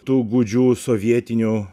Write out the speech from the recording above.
tų gūdžių sovietinių